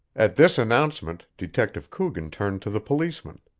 at this announcement detective coogan turned to the policeman.